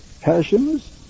passions